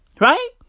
Right